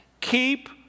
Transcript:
Keep